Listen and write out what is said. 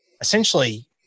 essentially